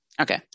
Okay